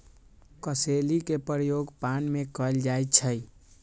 कसेली के प्रयोग पान में कएल जाइ छइ